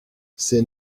ses